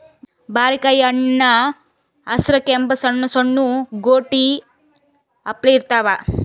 ಬಾರಿಕಾಯಿ ಹಣ್ಣ್ ಹಸ್ರ್ ಕೆಂಪ್ ಸಣ್ಣು ಸಣ್ಣು ಗೋಟಿ ಅಪ್ಲೆ ಇರ್ತವ್